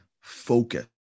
focus